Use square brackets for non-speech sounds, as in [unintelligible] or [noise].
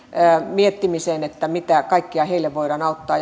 miettimiseen mitä kaikkea heille voidaan auttaa [unintelligible]